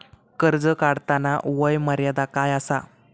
कर्ज काढताना वय मर्यादा काय आसा?